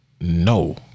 No